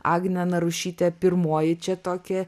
agnė narušytė pirmoji čia tokia